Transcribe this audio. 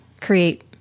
create